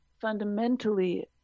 fundamentally